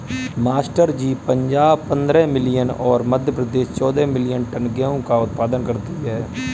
master ji Punjab पंद्रह million और मध्य प्रदेश चौदह मिलीयन टन गेहूं का उत्पादन करती है